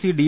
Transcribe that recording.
C D